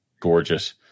gorgeous